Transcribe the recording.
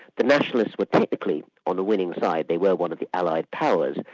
the nationalists were typically on the winning side, they were one of the allied powers,